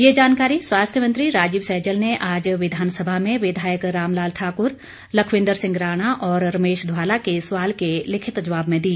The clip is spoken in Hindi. ये जानकारी स्वास्थ्य मंत्री राजीव सैजल ने आज विधानसभा में विधायक रामलाल ठाक्र लखविन्द्र सिंह राणा और रमेश धवाला के सवाल के लिखित जवाब में दी